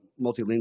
multilingual